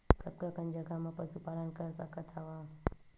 कतका कन जगह म पशु पालन कर सकत हव?